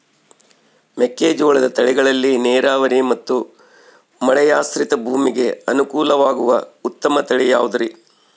ಮೆಕ್ಕೆಜೋಳದ ತಳಿಗಳಲ್ಲಿ ನೇರಾವರಿ ಮತ್ತು ಮಳೆಯಾಶ್ರಿತ ಭೂಮಿಗೆ ಅನುಕೂಲವಾಗುವ ಉತ್ತಮ ತಳಿ ಯಾವುದುರಿ?